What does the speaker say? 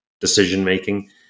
decision-making